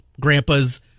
grandpa's